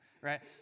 Right